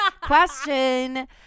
question